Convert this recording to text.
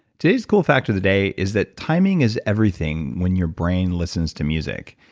today's cool fact of the day is that timing is everything when your brain listens to music.